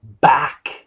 back